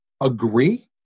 agree